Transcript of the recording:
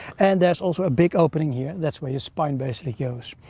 and there's also a big opening here. that's where your spine basically goes.